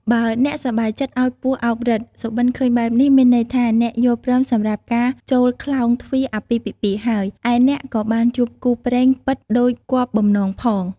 បើអ្នកសប្បាយចិត្តឲ្យពស់អោបរឹត សុបិនឃើញបែបនេះ មានន័យថា អ្នកយល់ព្រមសម្រាប់ការចូលខ្លោងទ្វារអាពាហ៍ពិពាហ៍ហើយ ឯអ្នកក៏បានជួបគូព្រេងពិតដូចគាប់បំណងផង៕